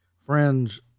friends